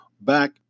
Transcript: back